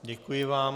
Děkuji vám.